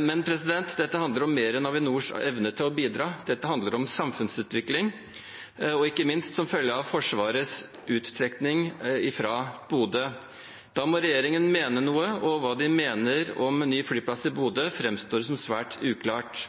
men dette handler om mer enn Avinors evne til å bidra. Dette handler om samfunnsutvikling, ikke minst som følge av Forsvarets uttrekning fra Bodø. Da må regjeringen mene noe, og hva de mener om ny flyplass i Bodø, framstår som svært uklart.